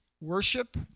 worship